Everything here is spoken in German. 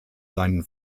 seinen